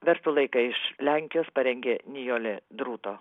verslo laiką iš lenkijos parengė nijolė druto